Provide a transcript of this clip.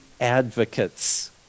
advocates